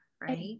right